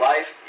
Life